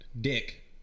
Dick